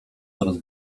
coraz